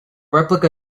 replica